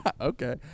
Okay